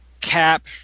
Cap